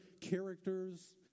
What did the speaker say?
characters